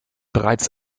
bereits